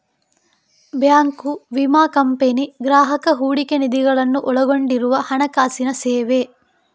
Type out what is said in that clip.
bank, ವಿಮಾ company, ಗ್ರಾಹಕ ಹೂಡಿಕೆ ನಿಧಿಗಳನ್ನು ಒಳಗೊಂಡಿರುವ ಹಣಕಾಸಿನ ಸೇವೆ